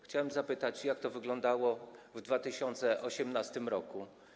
Chciałem zapytać, jak to wyglądało w 2018 r.